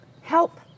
help